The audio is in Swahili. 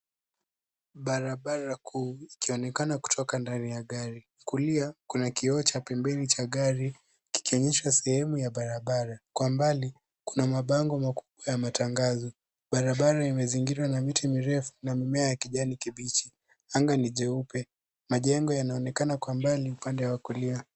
Barabara kuu ikionekana kutoka ndani ya gari, kulia kuna kioo cha pembeni cha gari, kikionyesha sehemu ya barabara, kwa mbali kuna mabango makubwa ya matangazo, barabara imezingirwa na miti mirefu na mimea ya kijani kibichi, anga ni jeupe, majengo yanaonekana kwa mbali upande wa kulia.